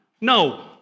No